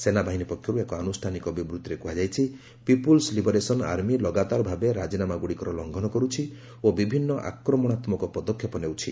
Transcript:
ସେନାବାହିନୀ ପକ୍ଷରୁ ଏକ ଆନୁଷ୍ଠାନିକ ବିବୃଭିରେ କୁହାଯାଇଛି ପିପୁଲ୍ସ ଲିବରେସନ ଆର୍ମି ଲଗାତାର ଭାବେ ରାଜିନାମା ଗୁଡ଼ିକର ଲଙ୍ଘନ କରୁଛି ଓ ବିଭିନ୍ନ ଆକ୍ରମଣାତ୍ମକ ପଦକ୍ଷେପ ନେଉଛି